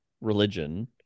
religion